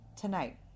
tonight